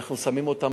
אנחנו שמים אותן